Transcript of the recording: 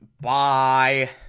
Bye